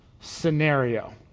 scenario